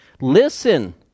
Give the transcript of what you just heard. Listen